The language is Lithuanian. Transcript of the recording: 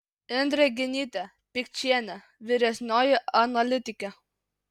indrė genytė pikčienė vyresnioji analitikė